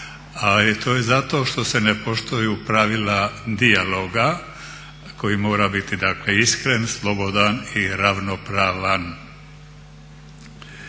a to je zato što se ne poštuju pravila dijaloga koji mora biti dakle iskren, slobodan i ravnopravan.